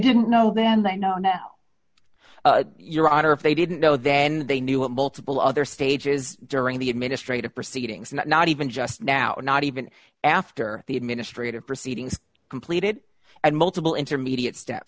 didn't know then they know now your honor if they didn't know then they knew it multiple other stages during the administrative proceedings and not even just now not even after the administrative proceedings completed and multiple intermediate step